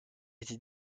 était